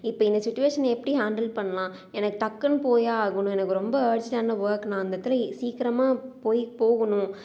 இப்போ இந்த சுட்டிவேஷனை எப்படி ஹேண்டில் பண்ணலாம் எனக்கு டக்குனு போயே ஆகணும் எனக்கு ரொம்ப அர்ஜென்ட்டான ஒர்க் நான் அந்த இடத்துல சீக்கிரமாக போய் போகணும்